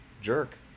jerk